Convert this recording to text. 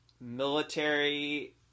military